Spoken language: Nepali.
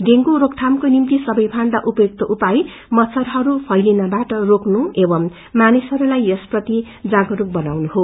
डेँगू रोकथामको निभ्ति सबैभन्दा उपयुक्त उपाय मच्छरहरू फैलिएर रोक्नु एवं मानिसहरूलाई यसप्रति जागरूक बनाउनु हो